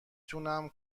تونم